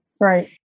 Right